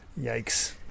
Yikes